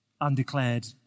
undeclared